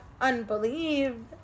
unbelieved